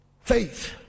faith